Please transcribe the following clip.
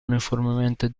uniformemente